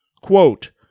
Quote